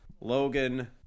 Logan